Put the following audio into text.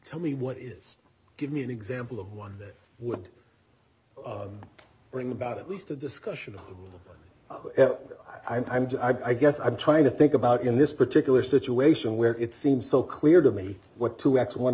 tell me what is give me an example of one that would bring about at least a discussion i'm just i guess i'm trying to think about in this particular situation where it seems so clear to me what two x one